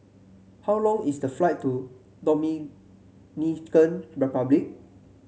how long is the flight to Dominican Republic